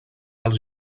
els